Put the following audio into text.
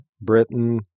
Britain